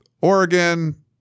Oregon